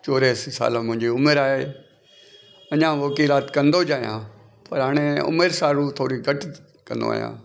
चौरासी साल मुंहिंजी उमिरि आहे अञा वकीलाति कंदोइच आहियां पर हाणे उमिरि सारु थोरी घटि कंदो आहियां